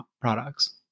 products